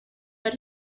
that